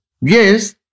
Yes